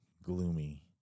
gloomy